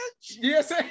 Yes